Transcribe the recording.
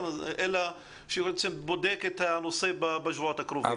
אלא שהוא בודק את הנושא בשבועות הקרובים.